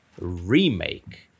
remake